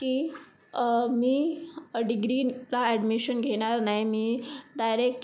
की मी डिग्रीला ॲडमिशन घेणार नाही मी डायरेक्ट